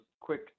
quick